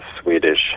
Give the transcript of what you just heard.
Swedish